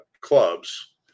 clubs